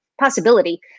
possibility